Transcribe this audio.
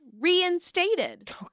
reinstated